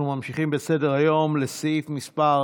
אנחנו ממשיכים בסדר-היום, לסעיף מס'